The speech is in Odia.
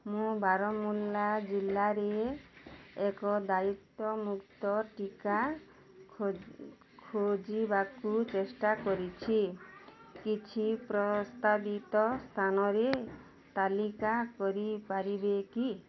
ମୁଁ ବାରମୁଲ୍ଲା ଜିଲ୍ଲାରେ ଏକ ଦାଇତ୍ୱମୁକ୍ତ ଟିକା ଖୋ ଖୋଜିବାକୁ ଚେଷ୍ଟା କରୁଛି କିଛି ପ୍ରସ୍ତାବିତ ସ୍ଥାନର ତାଲିକା କରିପାରିବ କି